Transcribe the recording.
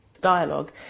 dialogue